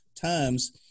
times